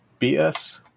BS